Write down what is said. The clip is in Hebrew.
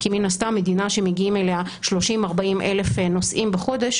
כי מן הסתם מדינה שמגיעים אליה 40-30 אלף נוסעים בחודש,